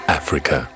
africa